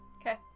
Okay